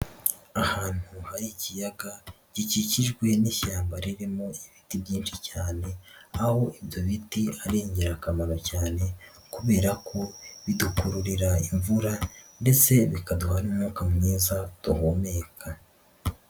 Ahantu hari ikiyaga gikikijwe n'ishyamba ririmo ibiti byinshi cyane aho ibyo biti ari ingirakamaro cyane kubera ko bidukururira imvura ndetse bikaduha n'umwuka mwiza duhumeka.